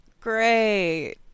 Great